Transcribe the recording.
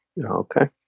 Okay